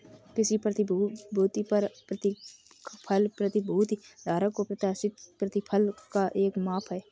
किसी प्रतिभूति पर प्रतिफल प्रतिभूति धारक को प्रत्याशित प्रतिफल का एक माप है